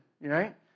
right